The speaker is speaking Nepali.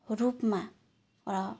रूपमा र